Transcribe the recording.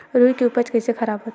रुई के उपज कइसे खराब होथे?